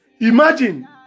Imagine